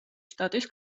შტატის